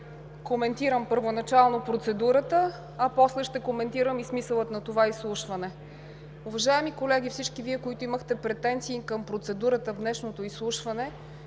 коментирам първоначално процедурата, а после ще коментирам и смисъла на това изслушване. Уважаеми колеги! Всички Вие, които имахте претенции към процедурата в днешното изслушване,